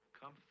come